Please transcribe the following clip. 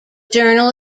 journal